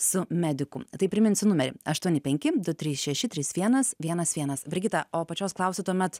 su mediku tai priminsiu numerį aštuoni penki du trys šeši trys vienas vienas vienas brigita o pačios klausiu tuomet